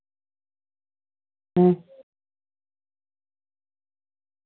ᱦᱮᱸ